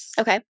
Okay